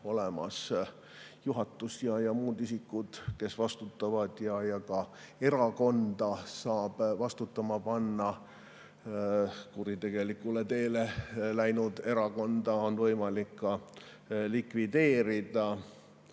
olemas juhatus ja muud isikud, kes vastutavad. Erakonda saab vastutama panna, kuritegelikule teele läinud erakonda on võimalik likvideerida.